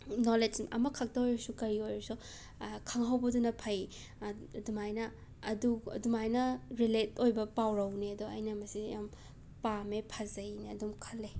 knowledge ꯑꯃꯈꯛꯇ ꯑꯣꯏꯔꯁꯨ ꯀꯔꯤ ꯑꯣꯏꯔꯁꯨ ꯈꯪꯍꯧꯕꯗꯨꯅ ꯐꯩ ꯑ ꯑꯗꯨꯃꯥꯏꯅ ꯑꯗꯨ ꯑꯗꯨꯃꯥꯏꯅ ꯔꯤꯂꯦꯠ ꯑꯣꯏꯕ ꯄꯥꯎꯔꯧꯅꯦ ꯗꯣ ꯑꯩꯅ ꯃꯁꯤ ꯌꯥꯝꯅ ꯄꯥꯝꯃꯦ ꯐꯖꯩꯅ ꯑꯗꯨꯝ ꯈꯜꯂꯦ